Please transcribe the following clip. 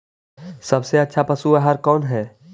सबसे अच्छा पशु आहार कौन है?